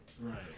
right